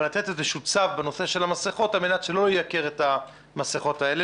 אבל לתת איזשהו צו בנושא של המסכות על מנת שלא ייקר את המסכות האלה,